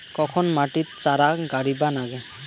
কখন মাটিত চারা গাড়িবা নাগে?